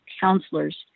counselors